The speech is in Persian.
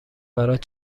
برات